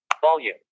Volume